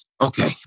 Okay